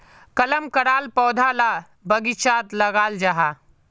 कलम कराल पौधा ला बगिचात लगाल जाहा